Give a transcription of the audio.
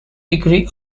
degree